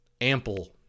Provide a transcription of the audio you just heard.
ample